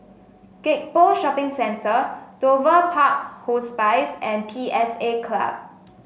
Gek Poh Shopping Centre Dover Park Hospice and P S A Club